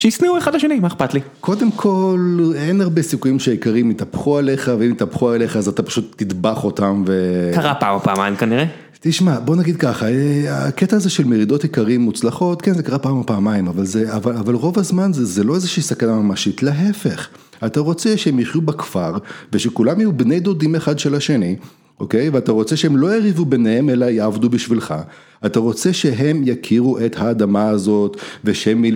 שישנאו אחד לשני, מה אכפת לי? קודם כל, אין הרבה סיכויים שהאיכרים ייתהפכו עליך, ואם ייתהפכו עליך, אז אתה פשוט תטבח אותם, ו... קרה פעם או פעמיים כנראה. תשמע, בוא נגיד ככה, הקטע הזה של מרידות איכרים מוצלחות, כן, זה קרה פעם או פעמיים, אבל זה... אבל רוב הזמן זה לא איזושהי סכנה ממשית, להפך. אתה רוצה שהם יחיו בכפר, ושכולם יהיו בני דודים אחד של השני, אוקיי? ואתה רוצה שהם לא יריבו ביניהם, אלא יעבדו בשבילך. אתה רוצה שהם יכירו את האדמה הזאת, ושהם ילמ...